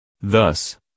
Thus